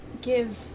give